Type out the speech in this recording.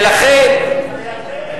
ולכן, הירדן.